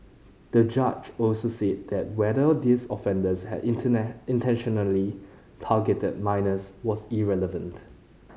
the judge also said that whether these offenders had intentionally targeted minors was irrelevant